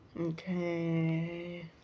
okay